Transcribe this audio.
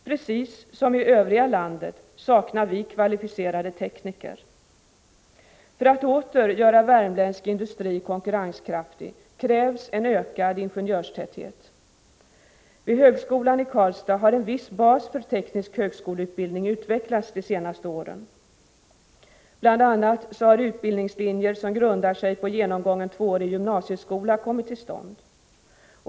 Precis som i övriga delar av landet saknar vi kvalificerade tekniker. För att åter göra värmländsk industri konkurrenskraftig krävs en ökad ingenjörstäthet. Vid högskolan i Karlstad har en viss bas för teknisk högskoleutbildning utvecklats de senaste åren. Bl. a. har utbildningslinjer, som grundar sig på genomgången tvåårig gymnasieskola, kommit till stånd.